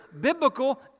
biblical